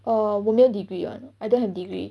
err 我没有 degree [one] I don't have degree